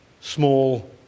small